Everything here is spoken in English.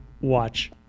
watch